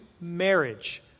marriage